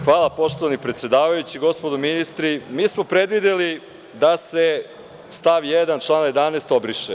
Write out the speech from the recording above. Hvala poštovani predsedavajući, gospodo ministri, mi smo predvideli da se stav 1. člana 11. obriše.